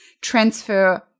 transfer